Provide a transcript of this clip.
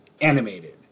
animated